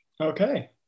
Okay